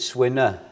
winner